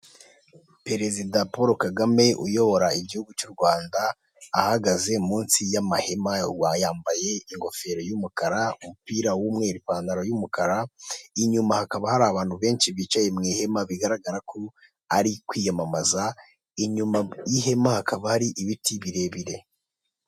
Perezida Polo Kagame uyobora igihugu cy'u Rwanda ahagaze munsi y'amahema, yambaye ingofero y'umukara, umupira w'umweru, ipantaro y'umukara, inyuma hakaba hari abantu benshi bicaye mu ihema, bigaragara ko ari kwiyamamaza inyuma y'ihema hakaba ari ibiti birebire.